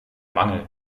mangel